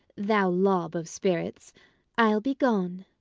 thou lob of spirits i'll be gone.